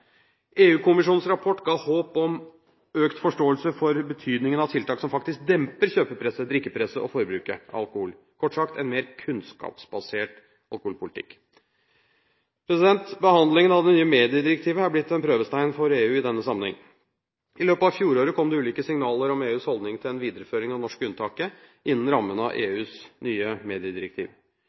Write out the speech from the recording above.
rapport ga håp om økt forståelse for betydningen av tiltak som faktisk demper kjøpepresset, drikkepresset og forbruket av alkohol – kort sagt: en mer kunnskapsbasert alkoholpolitikk. Behandlingen av det nye mediedirektivet er blitt en prøvestein for EU i denne sammenheng. I løpet av fjoråret kom det ulike signaler om EUs holdning til en videreføring av det norske unntaket innen rammen av EUs nye mediedirektiv.